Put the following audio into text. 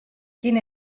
quin